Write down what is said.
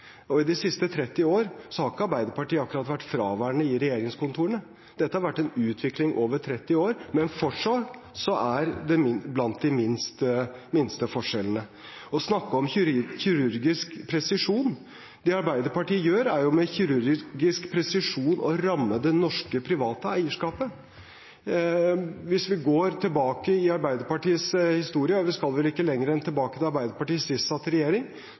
og i de siste 30 år har ikke Arbeiderpartiet akkurat vært fraværende i regjeringskontorene. Dette har vært en utvikling over 30 år, men fortsatt er det blant de minste forskjellene. Man snakker om kirurgisk presisjon. Det Arbeiderpartiet gjør, er jo med kirurgisk presisjon å ramme det norske private eierskapet. Hvis vi går tilbake i Arbeiderpartiets historie, og vi skal vel ikke lenger tilbake enn til da Arbeiderpartiet sist satt i regjering,